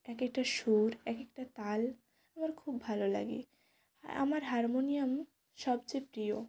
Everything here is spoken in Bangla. এক একটা সুর এক একটা তাল আমার খুব ভালো লাগে আমার হারমোনিয়াম সবচেয়ে প্রিয়